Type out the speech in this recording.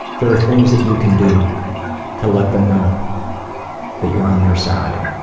there are things that you can do to let them know that you're on their side.